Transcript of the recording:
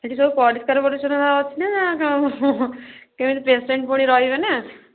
ସେଠି ସବୁ ପରିଷ୍କାର ପରିଚ୍ଛନ୍ନତା ଅଛିନା କେମିତି ପେସେଣ୍ଟ ପୁଣି ରହିବ ନା